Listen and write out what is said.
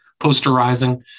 posterizing